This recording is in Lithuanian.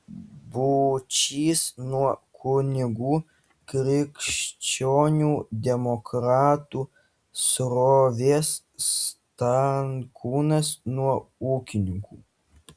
būčys nuo kunigų krikščionių demokratų srovės stankūnas nuo ūkininkų